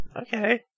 Okay